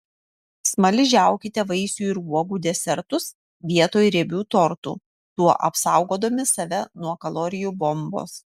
smaližiaukite vaisių ir uogų desertus vietoj riebių tortų tuo apsaugodami save nuo kalorijų bombos